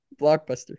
Blockbuster